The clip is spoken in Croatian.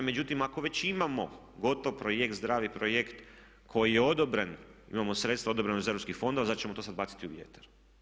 Međutim, ako već imamo gotov projekt, zdravi projekt koji je odobren, imamo sredstva odobrena iz EU fondova zar ćemo to sad baciti u vjetar.